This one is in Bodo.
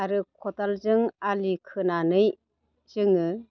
आरो खदालजों आलि खोनानै जोङो